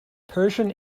persian